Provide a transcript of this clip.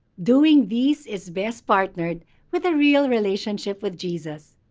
doing these is best partnered with a real relationship with jesus.